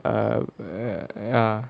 uh uh ya